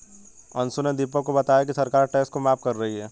अंशु ने दीपक को बताया कि सरकार टैक्स को माफ कर रही है